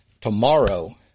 tomorrow